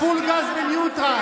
פול גז בניוטרל.